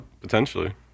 potentially